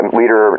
leader